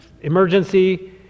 emergency